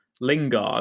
Lingard